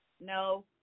No